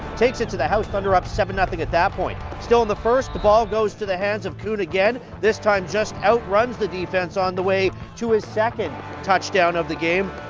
takes it to the house, thunder up seven zero at that point. still in the first, the ball goes to the hands of coone again, this time just outruns the defence on the way to his second touchdown of the game,